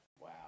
Wow